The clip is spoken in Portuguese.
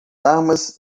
armas